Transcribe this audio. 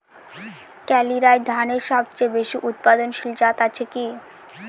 কালিরাই ধানের সবচেয়ে বেশি উৎপাদনশীল জাত আছে কি?